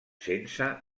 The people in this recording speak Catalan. sense